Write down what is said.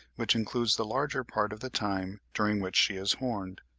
which includes the larger part of the time during which she is horned.